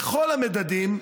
בכל המדדים,